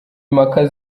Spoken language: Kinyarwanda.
impaka